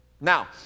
Now